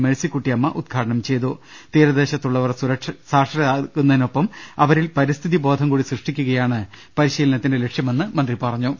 മേഴ് സിക്കുട്ടിയമ്മ ഉദ് ഘാടനം തീരദേശത്തു ള്ളവർ സാക്ഷരരാകുന്നതിനൊപ്പം അവരിൽ പരിസ്ഥിതിബോധം കൂടി സൃഷ്ടിക്കുകയാണ് പരിശീലനത്തിന്റെ ലക്ഷ്യമെന്ന് മന്ത്രി പറഞ്ഞു